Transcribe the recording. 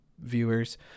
viewers